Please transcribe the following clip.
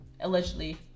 Allegedly